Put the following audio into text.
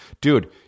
Dude